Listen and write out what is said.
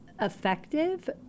effective